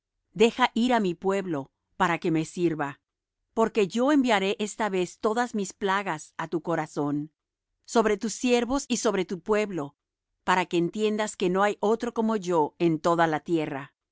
deja ir á mi pueblo para que me sirva porque yo enviaré esta vez todas mis plagas á tu corazón sobre tus siervos y sobre tu pueblo para que entiendas que no hay otro como yo en toda la tierra